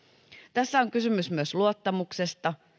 tässä on kysymys myös luottamuksesta